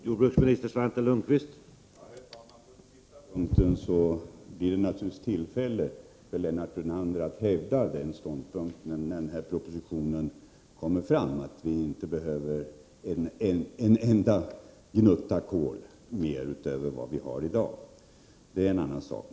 Herr talman! När denna proposition kommer får Lennart Brunander naturligtvis tillfälle att hävda ståndpunkten att vi inte behöver en enda gnutta kol mer utöver vad vi har i dag. Det är en annan sak.